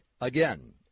Again